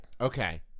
Okay